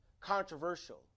controversial